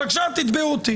בבקשה, תתבעו אותי.